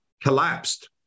collapsed